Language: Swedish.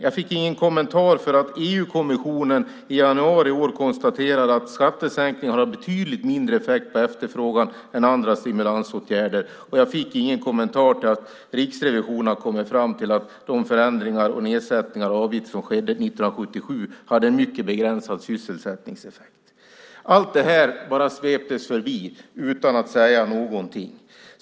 Jag fick ingen kommentar till att EU-kommissionen i januari i år konstaterade att skattesänkningar har betydligt mindre effekt på efterfrågan än andra stimulansåtgärder. Jag fick ingen kommentar till att Riksrevisionen har kommit fram till att de förändringar och nedsättningar av avgifterna som skedde 1977 hade en mycket begränsad sysselsättningseffekt. Allt detta svepte finansministern bara förbi utan att säga någonting.